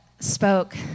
spoke